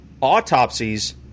autopsies